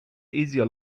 easier